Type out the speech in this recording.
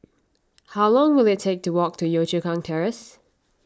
how long will it take to walk to Yio Chu Kang Terrace